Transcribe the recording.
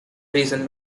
recent